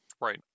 Right